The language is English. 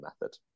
method